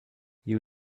you